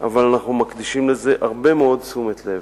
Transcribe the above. אבל אנחנו מקדישים לזה הרבה מאוד תשומת לב,